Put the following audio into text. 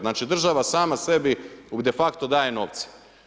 Znači, država sama sebi de facto daje novce.